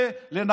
את הגינה,